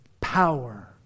power